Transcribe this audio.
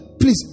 Please